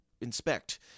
inspect